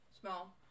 small